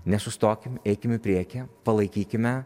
nesustokim eikim į priekį palaikykime